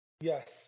Yes